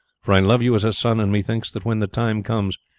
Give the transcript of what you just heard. for i love you as a son, and methinks that when the time comes,